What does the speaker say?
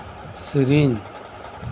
ᱥᱮᱨᱮᱧ